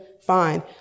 fine